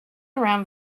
around